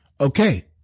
Okay